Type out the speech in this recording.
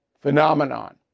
Phenomenon